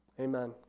amen